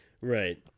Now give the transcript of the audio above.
Right